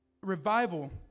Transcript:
revival